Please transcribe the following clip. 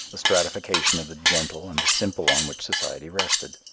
the stratification of the gentle and the simple on which society rested.